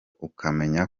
ukamenya